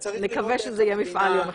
נקווה שזה יהיה מפעל יום אחד.